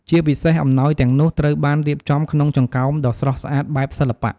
ជាពិសេស អំណោយទាំងនោះត្រូវបានរៀបចំក្នុងចង្កោមដ៏ស្រស់ស្អាតបែបសិល្បៈ។